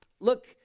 Look